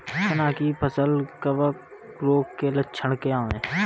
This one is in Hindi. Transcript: चना की फसल कवक रोग के लक्षण क्या है?